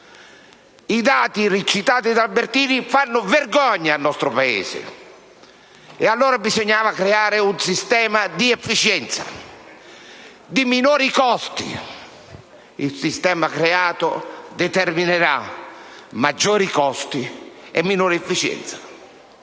dal senatore Albertini fanno vergogna al nostro Paese. Allora, bisognava creare un sistema di efficienza e di minori costi. Il sistema creato determinerà maggiori costi e minore efficienza.